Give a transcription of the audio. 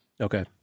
Okay